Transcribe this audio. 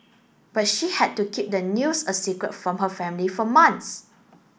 but she had to keep the news a secret from her family for months